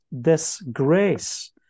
Disgrace